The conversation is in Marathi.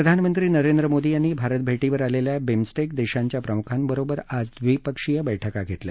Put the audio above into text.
प्रधानमंत्री नरेंद्र मोदी यांनी भारत भेशीवर आलेल्या बिमस्कि देशांच्या प्रमुखांबरोबर आज द्विपक्षीय बर्ष्का घेतल्या